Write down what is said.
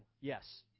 Yes